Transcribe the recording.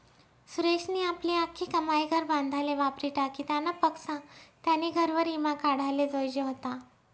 सुरेशनी आपली आख्खी कमाई घर बांधाले वापरी टाकी, त्यानापक्सा त्यानी घरवर ईमा काढाले जोयजे व्हता